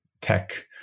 tech